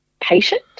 patient